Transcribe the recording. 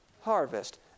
harvest